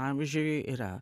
amžiuj yra